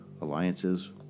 alliances